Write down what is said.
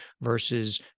versus